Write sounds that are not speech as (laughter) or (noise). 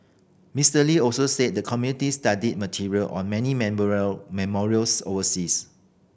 Mister Lee also said the committee studied material on many (unintelligible) memorials overseas